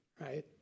right